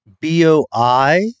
B-O-I